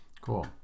Cool